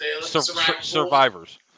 Survivors